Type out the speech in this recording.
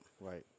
Right